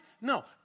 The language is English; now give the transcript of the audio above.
No